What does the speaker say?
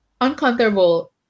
Uncomfortable